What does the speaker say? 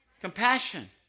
Compassion